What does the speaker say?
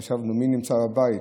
חשבנו, מי נמצא בבית?